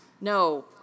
no